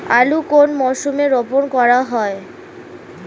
আলু কোন মরশুমে রোপণ করা হয়?